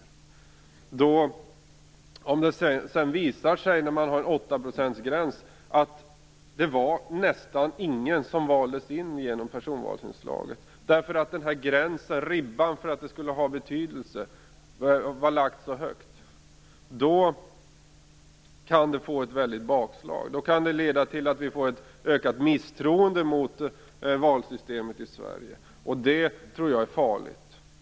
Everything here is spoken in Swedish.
Har man då en gräns vid 8 % och det visar sig att nästan ingen valdes in genom personvalsinslaget därför att man hade satt ribban för högt för att det skulle ha betydelse, kan det leda till ett väldigt bakslag. Det kan leda till att vi får ett ökat misstroende till valsystemet i Sverige. Det tror jag är farligt.